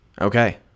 okay